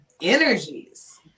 energies